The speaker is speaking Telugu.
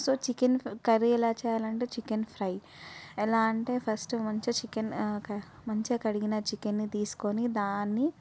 సో చికెన్ కర్రీ ఎలా చేయాలంటే చికెన్ ఫ్రై ఎలా అంటే ఫస్ట్ మంచిగా చికెన్ మంచిగా కడిగిన చికెన్ని తీసుకొని దాన్ని